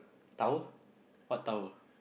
tower what tower